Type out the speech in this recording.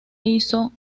hizo